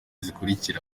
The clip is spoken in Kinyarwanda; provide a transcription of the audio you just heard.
zikurikira